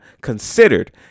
considered